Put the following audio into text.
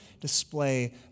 display